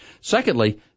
Secondly